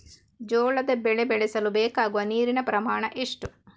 ಜೋಳದ ಬೆಳೆ ಬೆಳೆಸಲು ಬೇಕಾಗುವ ನೀರಿನ ಪ್ರಮಾಣ ಎಷ್ಟು?